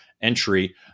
entry